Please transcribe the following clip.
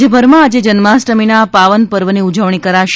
રાજ્યભરમાં આજે જન્માષ્ટમીના પાવન પર્વની ઉજવણી કરાશે